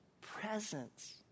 presence